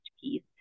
piece